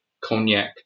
cognac